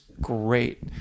great